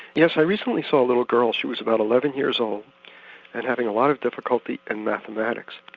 yes, i recently saw a little girl, she was about eleven years old and having a lot of difficulty in mathematics.